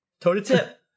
Toe-to-tip